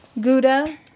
gouda